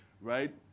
right